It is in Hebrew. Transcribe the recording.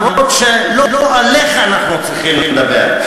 אף-על-פי שלא עליך אנחנו צריכים לדבר.